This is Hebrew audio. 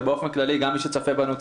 ובאופן כללי גם מי שצופה בנו,